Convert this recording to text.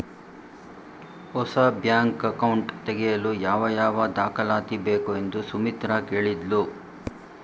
ಹೊಸ bank account ತೆಗೆಯಲು ಯಾವ ಯಾವ ದಾಖಲಾತಿ ಬೇಕು ಎಂದು ಸುಮಿತ್ರ ಕೇಳಿದ್ಲು